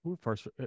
first